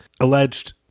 alleged